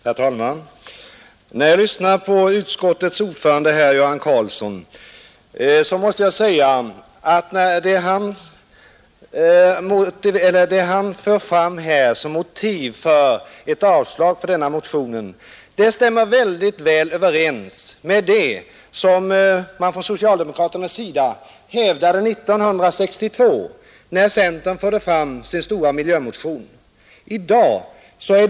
Herr talman! När jag lyssnat på utskottets ordförande herr Göran Karlsson, måste jag säga att det han för fram som motiv för avslag på denna motion stämmer mycket väl överens med det som hävdades från socialdemokraternas sida 1962, när centern väckte sin stora miljömotion.